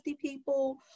people